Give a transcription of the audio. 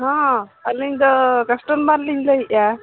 ᱦᱮᱸ ᱟᱹᱞᱤᱧᱫᱚ ᱠᱟᱥᱴᱚᱢᱵᱟᱨᱞᱤᱧ ᱞᱟᱹᱭᱮᱫᱼᱟ